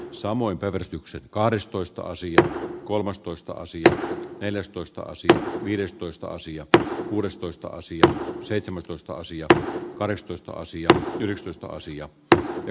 samoin kärjistykset kahdestoista sija kolmastoista sija neljästoista sija viidestoista sijalta kuudestoista sija seitsemästoista sija kahdestoista sija ylistystä asiat halki